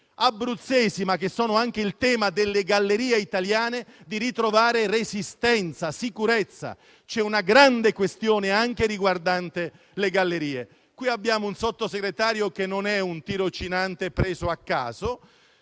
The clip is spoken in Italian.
abruzzesi (ma è il tema di tutte le gallerie italiane) di ritrovare resistenza e sicurezza. C'è una grande questione che riguarda anche le gallerie. Qui abbiamo un Sottosegretario che non è un tirocinante preso a caso,